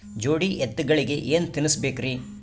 ಜೋಡಿ ಎತ್ತಗಳಿಗಿ ಏನ ತಿನಸಬೇಕ್ರಿ?